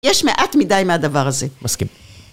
יש מעט מדי מהדבר הזה. - מסכים.